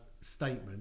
statement